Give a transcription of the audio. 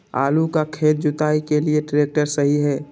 आलू का खेत जुताई के लिए ट्रैक्टर सही है?